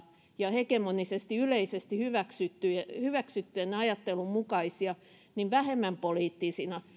ja hegemonisesti yleisesti hyväksytyn ajattelun mukaisia vähemmän poliittisina